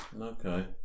okay